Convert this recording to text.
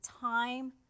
time